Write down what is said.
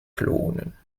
klonen